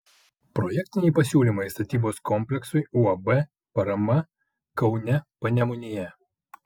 projektiniai pasiūlymai statybos kompleksui uab parama kaune panemunėje